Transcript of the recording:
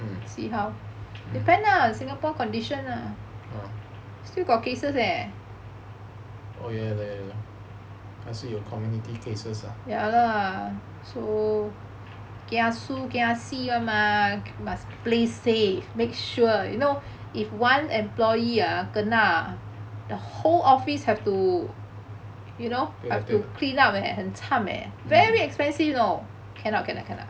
mm oh ya lor 还是有 community cases